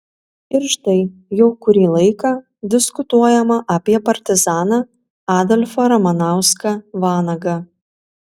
ir štai jau kurį laiką diskutuojama apie partizaną adolfą ramanauską vanagą